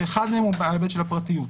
שאחד מהם הוא ההיבט של הפרטיות.